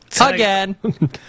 Again